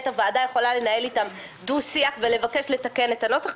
הוועדה יכולה לנהל איתם דו-שיח ולבקש לתקן את הנוסח,